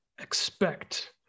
expect